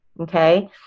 okay